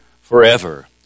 forever